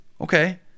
Okay